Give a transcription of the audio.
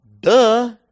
Duh